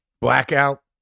blackout